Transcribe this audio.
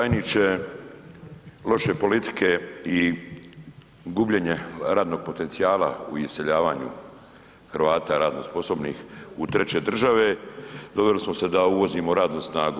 Tajniče, loše politike i gubljenje radnog potencijala u iseljavanju Hrvata radno sposobnih u treće države doveli smo se da uvozimo radnu snagu.